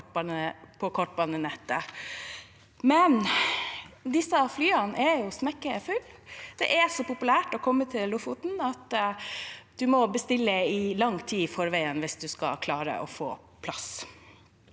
på kortbanenettet, men disse flyene er smekk fulle. Det er så populært å komme til Lofoten at man må bestille lang tid i forveien hvis man skal klare å få plass.